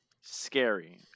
scary